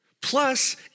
Plus